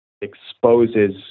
exposes